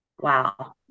Wow